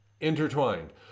intertwined